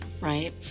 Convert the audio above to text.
right